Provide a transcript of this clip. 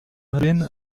madeleine